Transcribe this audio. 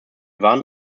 waren